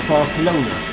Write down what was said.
Barcelona